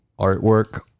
artwork